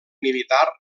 militar